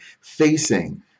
facing